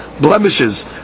blemishes